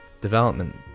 development